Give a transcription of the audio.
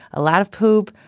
a lot of poop,